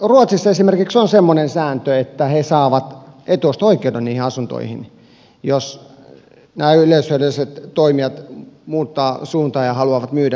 ruotsissa esimerkiksi on semmoinen sääntö että asukkaat saavat etuosto oikeuden niihin asuntoihin jos nämä yleishyödylliset toimijat muuttavat suuntaa ja haluavat myydä ne pois